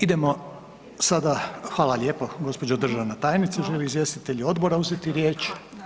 Idemo sada, hvala lijepo gđo. državna tajnice, žele li izvjestitelji odbora uzeti riječ?